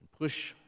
push